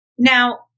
Now